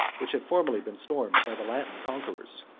which had formerly been stormed by the latin conquerors.